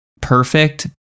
perfect